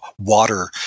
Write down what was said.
water